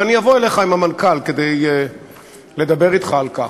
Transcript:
ואני אבוא אליך עם המנכ"ל כדי לדבר אתך על כך.